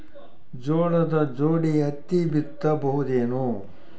ಜೋಳದ ಜೋಡಿ ಹತ್ತಿ ಬಿತ್ತ ಬಹುದೇನು?